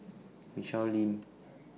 Michelle Lim